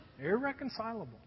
irreconcilable